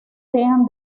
sean